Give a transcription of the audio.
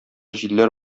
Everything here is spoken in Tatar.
җилләр